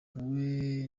wowe